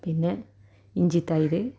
പിന്നെ ഇഞ്ചിത്തൈര്